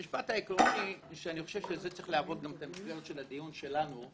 המשפט העקרוני אני חושב שזה צריך גם להוות את מסגרת הדיון שלנו,